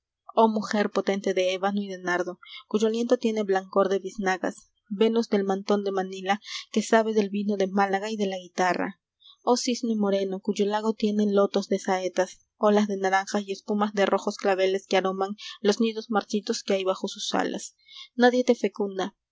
oh mujer potente de ébano y de nardo cuyo aliento tiene blancor de biznagas venus del mantón de manila que sabe del vino de málaga y de la guitarra oh cisne moreno cuyo lago tiene lotos de saetas olas de naranjas y espumas de rojos claveles que aroman los nidos marchitos que hay bajo sus alas nadie te fecunda